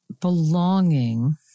belonging